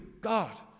God